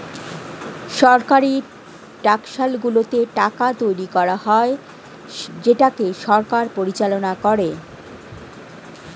সরকারি টাকশালগুলোতে টাকা তৈরী করা হয় যেটাকে সরকার পরিচালনা করে